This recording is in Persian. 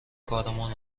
کارمان